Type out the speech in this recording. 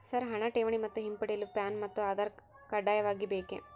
Sir ಹಣ ಠೇವಣಿ ಮತ್ತು ಹಿಂಪಡೆಯಲು ಪ್ಯಾನ್ ಮತ್ತು ಆಧಾರ್ ಕಡ್ಡಾಯವಾಗಿ ಬೇಕೆ?